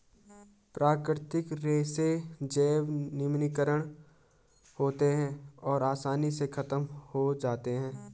प्राकृतिक रेशे जैव निम्नीकारक होते हैं और आसानी से ख़त्म हो जाते हैं